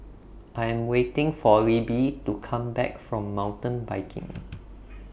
I Am waiting For Libby to Come Back from Mountain Biking